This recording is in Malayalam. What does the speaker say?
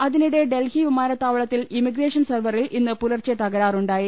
അതിനിടെ ഡൽഹി വിമാനത്താവളത്തിൽ ഇമിഗ്രേഷൻ സെർവറിൽ ഇന്നു പുലർച്ചെ തകരാറുണ്ടായി